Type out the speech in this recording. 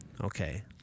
Okay